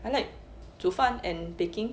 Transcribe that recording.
I like 煮饭 and baking